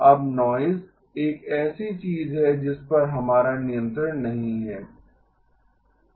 अब नॉइज़ एक ऐसी चीज है जिस पर हमारा नियंत्रण नहीं है